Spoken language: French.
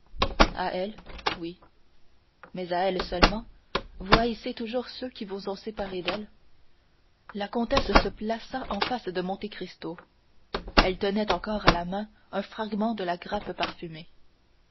elle oui mais à elle seulement vous haïssez toujours ceux qui vous ont séparé d'elle la comtesse se plaça en face de monte cristo elle tenait encore à la main un fragment de la grappe parfumée